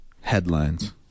headlines